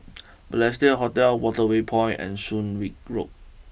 Balestier Hotel Waterway Point and Soon Wing Road